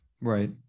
Right